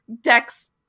Dex